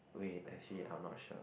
wait actually I am not sure